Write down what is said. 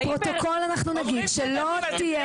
לפרוטוקול אנחנו נגיד שלא תהיה